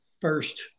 first